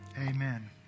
amen